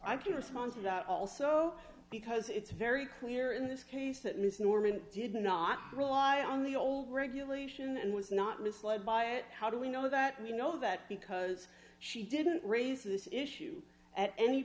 i can respond to that also because it's very clear in this case that miss norman did not rely on the old regulation and was not misled by it how do we know that we know that because she didn't raise this issue at any